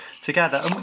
together